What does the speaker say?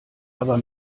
aber